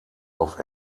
auf